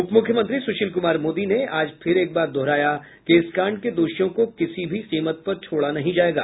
उप मुख्यमंत्री सुशील कुमार मोदी ने आज फिर एक बार दोहराया कि इस कांड के दोषियों को किसी भी कीमत पर छोड़ा नहीं जायेगी